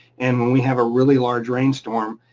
and when we have a really large rainstorm,